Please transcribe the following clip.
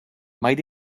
might